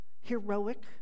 heroic